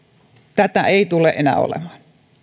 tätä ei tule enää olemaan